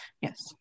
Yes